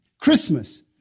Christmas